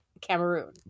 Cameroon